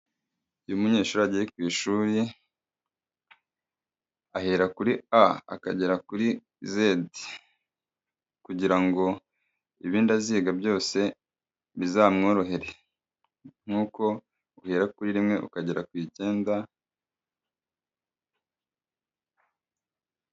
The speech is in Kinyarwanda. Iyo umunyeshuri agiye ku ishuri ahera kuri a akagera kuri zedi kugira ngo ibindi aziga byose bizamworohere. nk'uko uhera kuri rimwe ukagera ku icyenda.